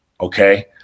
Okay